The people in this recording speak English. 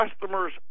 customers